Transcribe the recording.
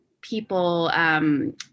people